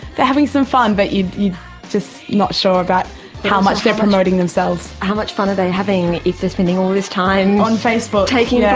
they're having some fun but you you just not sure about how much they promoting themselves. how much fun are they having if they're spending all this time on facebook, taking yeah